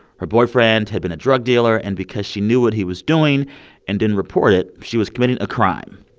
her boyfriend had been a drug dealer, and because she knew what he was doing and didn't report it, she was committing a crime.